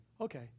okay